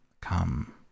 come